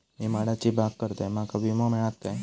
मी माडाची बाग करतंय माका विमो मिळात काय?